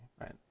right